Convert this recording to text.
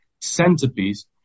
centerpiece